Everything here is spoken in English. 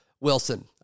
Wilson